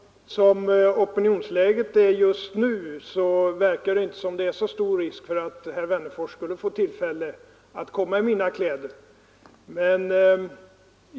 Fru talman! Som opinionsläget är just nu verkar det inte vara så stor risk att herr Wennerfors skulle få tillfälle att komma i mina kläder.